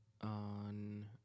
on